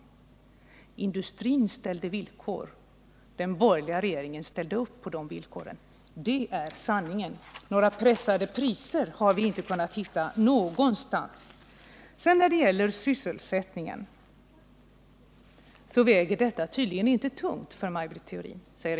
Sanningen är den att industrin ställt villkor och att den borgerliga regeringen gick med på dessa. Några nedpressningar av priser har vi inte kunnat finna någonstans. Eric Krönmark säger att sysselsättningen tydligen inte väger tungt i mina bedömningar.